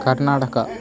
Karnataka